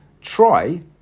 Try